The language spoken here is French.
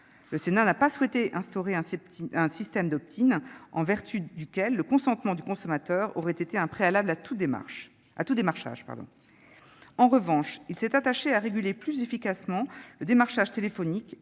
il n'a pas souhaité instaurer un système d', en vertu duquel le consentement du consommateur aurait été un préalable à tout démarchage. En revanche, il s'est attaché à réguler plus efficacement le démarchage téléphonique,